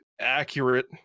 accurate